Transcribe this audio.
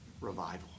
revival